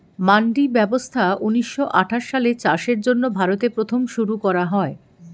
মান্ডি ব্যবস্থা ঊন্নিশো আঠাশ সালে চাষের জন্য ভারতে প্রথম শুরু করা হয়